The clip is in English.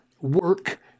work